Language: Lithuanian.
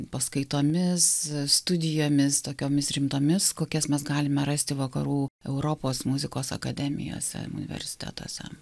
paskaitomis studijomis tokiomis rimtomis kokias mes galime rasti vakarų europos muzikos akademijose universitetuose